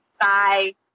Bye